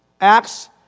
Acts